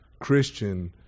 Christian